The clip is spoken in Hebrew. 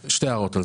על כך שתי הערות.